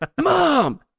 Mom